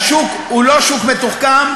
השוק הוא לא שוק מתוחכם,